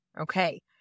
Okay